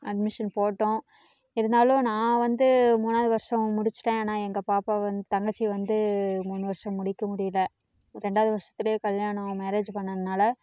admission போட்டோம் இருந்தாலும் நான் வந்து மூணாவது வருஷம் முடிச்சிட்டேன் ஆனால் எங்கள் பாப்பாவை வந்து தங்கச்சி வந்து மூணு வருஷம் முடிக்க முடியலை ரெண்டாவது வருஷத்துலையே கல்யாணம் மேரேஜு பண்ணுணனால